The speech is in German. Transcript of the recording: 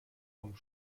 vom